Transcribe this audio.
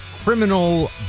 criminal